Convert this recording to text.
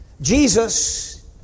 Jesus